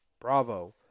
Bravo